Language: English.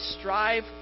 strive